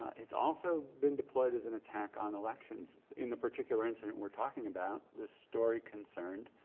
it's also been deployed as an attack on elections. in the particular incident we're talking about, the story concerned